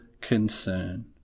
concern